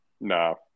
No